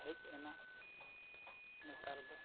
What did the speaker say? ᱦᱮᱡ ᱮᱱᱟ ᱱᱮᱛᱟᱨ ᱫᱚ